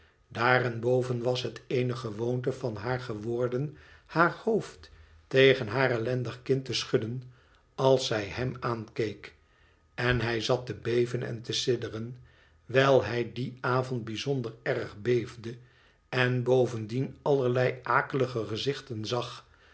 daarenboven was het eene gewoonte van haar geworden haar hoofd tegen haar ellendig kind te schudden als zij hem aankeek en hij zat te beven en te sidderen wijl hij dien avond bijzonder erg beefde en bovendien allerlei akelige gezichten zag